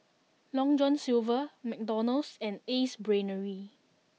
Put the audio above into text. Long John Silver McDonald's and Ace Brainery